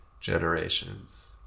generations